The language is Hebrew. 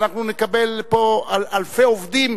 אנחנו נקבל פה אלפי עובדים,